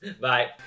Bye